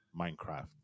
Minecraft